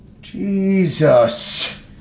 Jesus